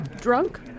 drunk